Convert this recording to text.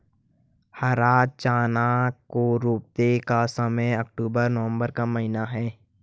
हरा चना को रोपने का समय अक्टूबर नवंबर का महीना है